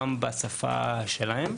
גם בשפה שלהם.